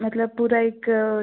मतलब पूरा एक